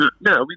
no